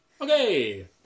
okay